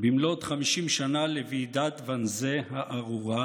במלאת 50 שנה לוועידת ואנזה הארורה,